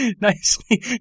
Nicely